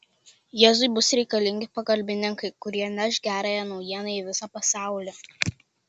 jėzui bus reikalingi pagalbininkai kurie neš gerąją naujieną į visą pasaulį